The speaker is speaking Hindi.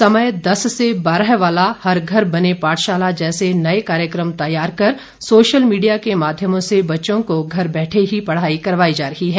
समय दस से बारह वाला हर घर बने पाठशाला जैसे नए कार्यक्रम तैयार कर सोशल मीडिया के माध्यमों से बच्चों को घर बैठे ही पढ़ाई करवाई जा रही है